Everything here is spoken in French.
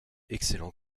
excellents